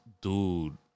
dude